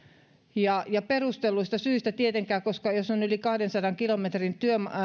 ja ja perustelluista syistä ei tietenkään pystynytkään jos on yli kahdensadan kilometrin